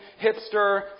hipster